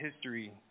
history